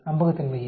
நம்பகத்தன்மையை